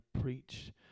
preach